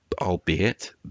Albeit